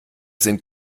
sind